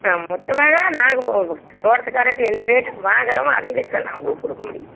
ஆ மொத்தமாகதான் நாங்கள் தோட்டத்துகாரர்கிட்ட என்ன ரேட்டுக்கு வாங்குறோமோ அதே ரேட்டுக்குதான் நான் உங்களுக்கு கொடுக்க முடியும்